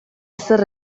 ezer